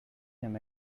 him